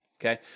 Okay